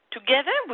Together